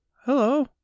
Hello